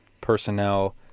personnel